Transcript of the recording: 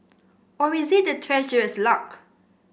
or is it the Treasurer's luck